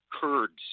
Kurds